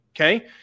okay